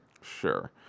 Sure